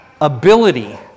ability